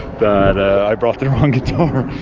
that i brought the wrong guitar.